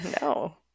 No